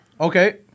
Okay